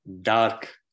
dark